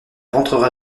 rentrera